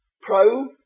pro